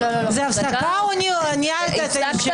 הישיבה ננעלה בשעה